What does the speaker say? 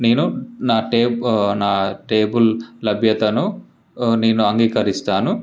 నేను నా టేబు నా టేబుల్ లభ్యతను నేను అంగీకరిస్తాను